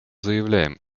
заявляем